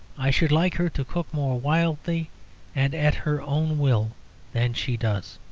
i should like her to cook more wildly and at her own will than she does.